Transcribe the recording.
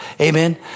Amen